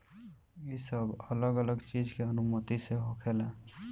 ई सब अलग अलग चीज के अनुमति से होखेला